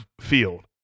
field